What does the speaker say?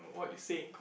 what you say in court